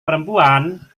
perempuan